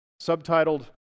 subtitled